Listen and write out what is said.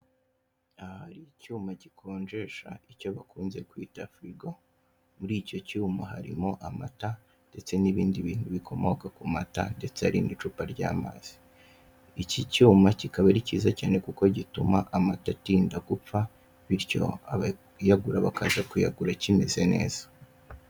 Aha hari icyuma gikonjesha icyo bakunze kwita firigo muri icyo cyuma harimo amata ndetse n'ibindi bintu bikomoka ku mata, ndetse hari nicupa ry'amazi. Iki cyuma kikaba ari kiza cyane kuko gituma amata atinda gupfa bityo abayagura bakaza kuyagura akimeze neza.